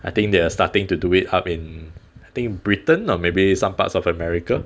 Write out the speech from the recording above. I think they are starting to do it up in I think britain or maybe some parts of america